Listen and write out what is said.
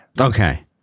Okay